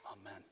Amen